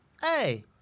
Hey